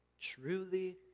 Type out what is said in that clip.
Truly